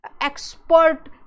expert